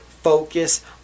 Focus